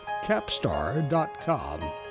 Capstar.com